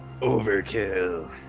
Overkill